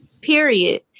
Period